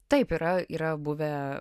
taip yra yra buvę